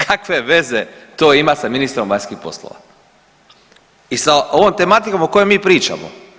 Kakve veze to ima sa ministrom vanjskih poslova i sa ovom tematikom o kojoj mi pričamo?